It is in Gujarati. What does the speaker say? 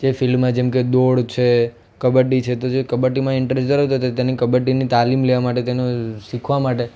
જે ફિલ્ડમાં જેમકે દોડ છે કબડ્ડી છે જો કબડ્ડીમાં ઇન્ટરેસ્ટેડ હોય તો તેને કબડ્ડીની તાલીમ લેવા માટે તેને શીખવા માટે